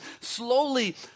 slowly